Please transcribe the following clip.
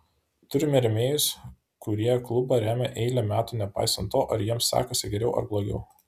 turime rėmėjus kurie klubą remia eilę metų nepaisant to ar jiems sekasi geriau ar blogiau